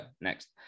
Next